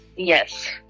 Yes